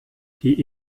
die